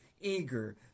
eager